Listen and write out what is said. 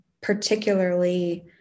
particularly